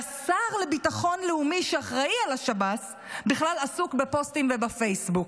והשר לביטחון לאומי שאחראי על השב"ס בכלל עסוק בפוסטים ובפייסבוק.